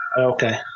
Okay